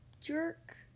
jerk